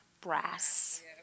brass